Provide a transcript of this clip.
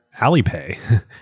Alipay